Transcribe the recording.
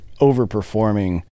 overperforming